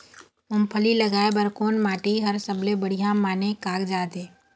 मूंगफली लगाय बर कोन माटी हर सबले बढ़िया माने कागजात हे?